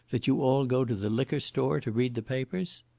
that you all go to the liquor store to read the papers?